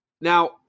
Now